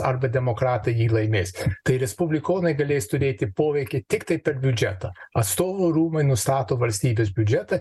arba demokratai jį laimės tai respublikonai galės turėti poveikį tiktai biudžeto atstovų rūmai nustato valstybės biudžetą